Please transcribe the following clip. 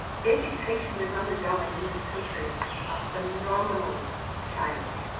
education is undergoing in this country a phenomenal change.